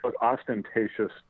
Ostentatious